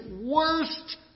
worst